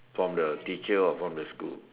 from the teacher or from the school